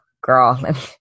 Girl